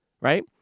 right